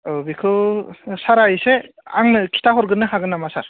औ बेखौ सारा इसे आंनो खिथाहरगोरनो हागोन नामा सार